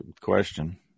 question